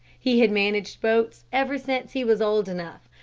he had managed boats ever since he was old enough,